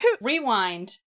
rewind